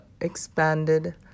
expanded